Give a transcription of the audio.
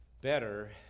better